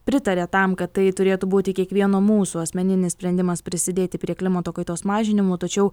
pritarė tam kad tai turėtų būti kiekvieno mūsų asmeninis sprendimas prisidėti prie klimato kaitos mažinimo tačiau